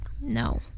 No